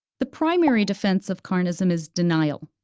the primary defense of carnism is denial.